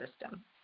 system